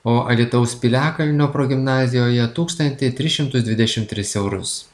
o alytaus piliakalnio progimnazijoje tūkstantį tris šimtus dvidešim tris eurus